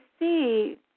see